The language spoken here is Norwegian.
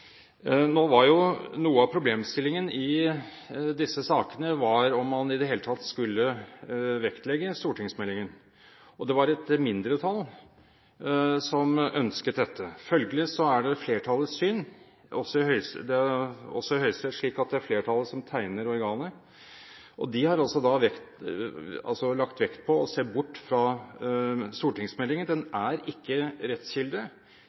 Nå var jo noe av problemstillingen i disse sakene om man i det hele tatt skulle vektlegge stortingsmeldingen. Det var et mindretall som ønsket dette. Følgelig er det flertallets syn, også i Høyesterett – det er flertallet som tegner organet – å se bort fra stortingsmeldingen. Den er ikke rettskilde. De er klar over den, fordi den har